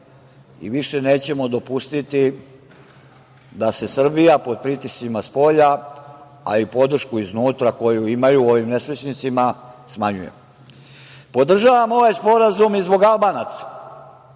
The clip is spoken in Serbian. više nećemo dopustiti da se Srbija pod pritiscima spolja, a i podršku iznutra koju imaju u ovim nesrećnicima, smanjuje. Podržavam ovaj sporazum i zbog Albanaca